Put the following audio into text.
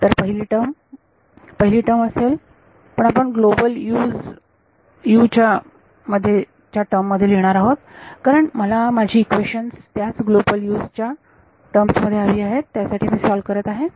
तर पहिली टर्म पहिली टर्म असेल पण आपण ग्लोबल 's मध्ये च्या टर्म मध्ये लिहिणार आहोत कारण मला माझी इक्वेशन्स त्याच ग्लोबल 's च्या टर्म मध्ये हवी आहेत त्यासाठी मी सॉल्व्ह करत आहे